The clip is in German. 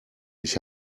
ich